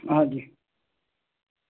ہاں جی